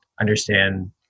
understand